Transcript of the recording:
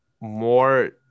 more